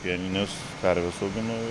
pienines karves auginu